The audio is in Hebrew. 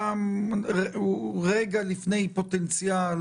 הוא רגע לפני פוטנציאל,